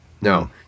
No